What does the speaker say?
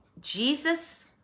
Jesus